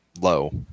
low